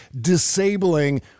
disabling